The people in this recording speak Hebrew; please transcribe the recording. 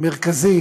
מרכזי